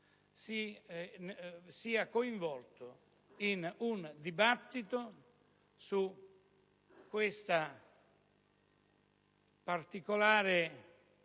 venga coinvolto in un dibattito su questa particolare